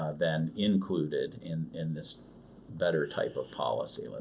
ah then, included in in this better type of policy, let's